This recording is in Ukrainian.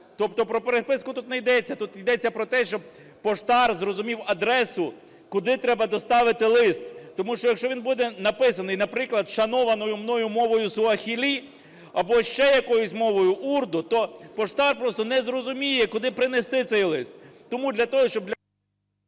Тобто про переписку тут не йдеться, тут ідеться про те, щоб поштар зрозумів адресу, куди треба доставити лист. Тому що якщо він буде написаний, наприклад, шанованою мною мовою суахілі або ще якоюсь мовою урду, то поштар просто не зрозуміє, куди принести цей лист.